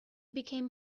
became